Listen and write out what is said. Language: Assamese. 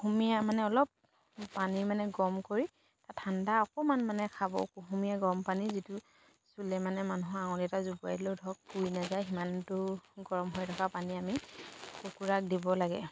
কুহুমীয়া মানে অলপ পানী মানে গৰম কৰি তা ঠাণ্ডা অকণমান মানে খাব কুহুমীয়া গৰম পানী যিটো চুলে মানে মানুহৰ আঙুলি এটা জুবুৰিয়াই দিলেও ধৰক পুৰি নাযায় সিমানটো গৰম হৈ থকা পানী আমি কুকুৰাক দিব লাগে